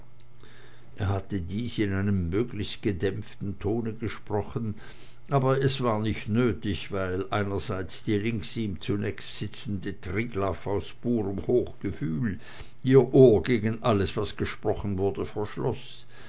er hatte dies in einem möglichst gedämpften tone gesprochen aber es war nicht nötig weil einerseits die links ihm zunächst sitzende triglaff aus purem hochgefühl ihr ohr gegen alles was gesprochen wurde